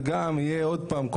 וגם יהיה עוד פעם.